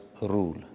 Rule